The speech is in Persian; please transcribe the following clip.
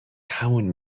همون